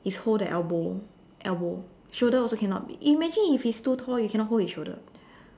it's hold the elbow elbow shoulder also cannot be imagine if he's too tall you cannot hold his shoulder